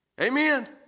Amen